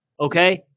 okay